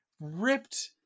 ripped